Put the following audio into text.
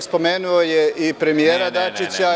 Spomenuo je i premijera Dačića.